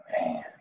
Man